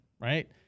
right